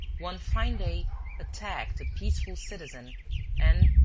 one fine day attacked a peaceful citizen and,